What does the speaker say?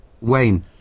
Wayne